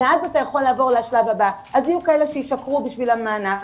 אז יש כאלה שישקרו כדי לעבור לדף הבא ולקבל את המענק.